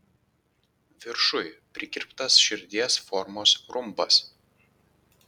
viršuj prikirptas širdies formos rumbas